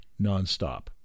nonstop